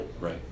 Right